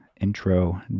intro